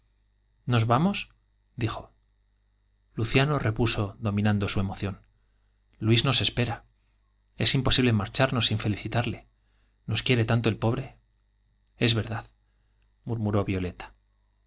nos vamos lágrimas dijo luciano repuso dominando su emoción luis nos espera es imposible marcharnos sin felicitarle i nos quiere tanto el es verdad pobre murmuró violeta